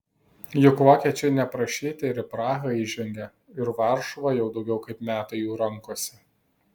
juk vokiečiai neprašyti ir į prahą įžengė ir varšuva jau daugiau kaip metai jų rankose